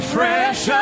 Fresh